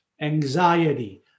anxiety